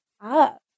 up